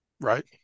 Right